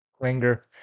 linger